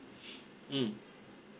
mm